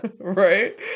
right